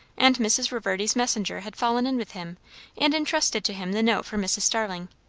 and mrs. reverdy's messenger had fallen in with him and intrusted to him the note for mrs. starling.